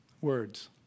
Words